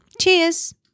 Cheers